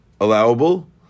allowable